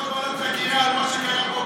למה אתם לא מקימים ועדת חקירה על מה שקיים פה,